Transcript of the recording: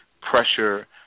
pressure